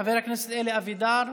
חבר הכנסת אלי אבידר,